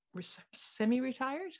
semi-retired